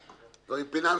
כבדים דברים פיננסיים,